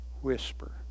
whisper